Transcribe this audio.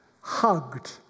Hugged